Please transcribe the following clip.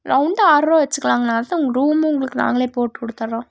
ரவுண்டாக ஆறுரூவா வச்சிக்கலாங்கண்ணா அதுதான் ரூமும் உங்களுக்கு நாங்களே போட்டுக்கொடுத்தட்றோம்